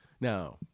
Now